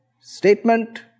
Statement